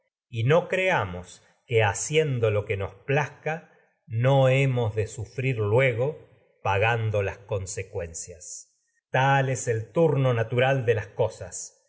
saludable temor creamos que ha que nos plazca no hemos de sufrir luego pa es gando las consecuencias tal cosas el turno natural de las